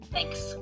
Thanks